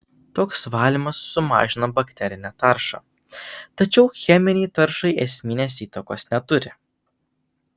toks valymas sumažina bakterinę taršą tačiau cheminei taršai esminės įtakos neturi